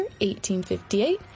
1858